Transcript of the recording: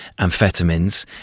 amphetamines